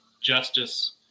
justice